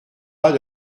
pas